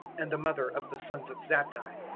and the mother of the sons of zabdi.